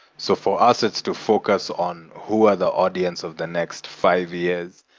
so for us, it's to focus on who are the audience of the next five years,